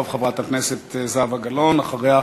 חברת הכנסת זהבה גלאון, ואחריה,